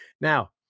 Now